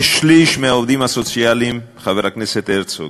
כשליש מהעובדים הסוציאליים, חבר הכנסת הרצוג,